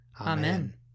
Amen